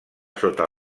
sota